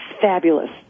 fabulous